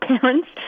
parents